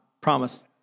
promise